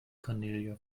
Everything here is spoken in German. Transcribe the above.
cornelia